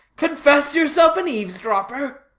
confess yourself an eaves-dropper?